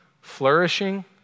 Flourishing